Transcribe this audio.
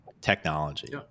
technology